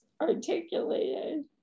articulated